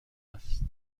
هست